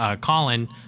Colin